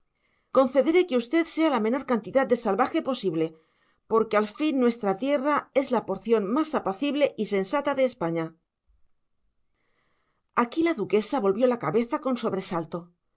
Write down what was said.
asís concederé que usted sea la menor cantidad de salvaje posible porque al fin nuestra tierra es la porción más apacible y sensata de españa aquí la duquesa volvió la cabeza con sobresalto